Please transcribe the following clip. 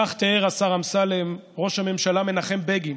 כך תיאר, השר אמסלם, ראש הממשלה מנחם בגין